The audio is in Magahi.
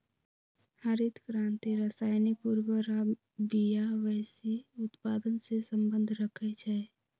हरित क्रांति रसायनिक उर्वर आ बिया वेशी उत्पादन से सम्बन्ध रखै छै